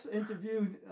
interviewed